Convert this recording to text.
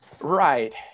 Right